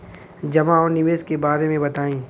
जमा और निवेश के बारे मे बतायी?